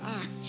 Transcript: act